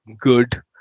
good